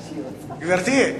גברתי.